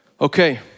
Okay